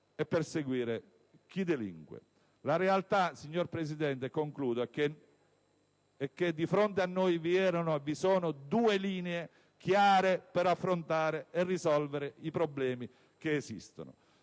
e perseguire chi delinque. La realtà, signor Presidente, è che di fronte a noi vi erano, e vi sono, due linee chiare per affrontare e risolvere problemi che esistono: